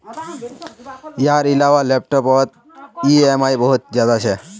यार इलाबा लैपटॉप पोत ई ऍम आई बहुत ज्यादा छे